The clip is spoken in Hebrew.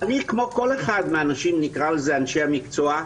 שאני כמו כל אחד מהאנשים, נקרא לזה "אנשי המקצוע"